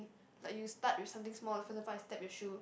like you start with something small for example I step your shoe